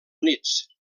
units